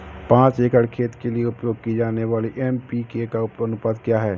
पाँच एकड़ खेत के लिए उपयोग की जाने वाली एन.पी.के का अनुपात क्या है?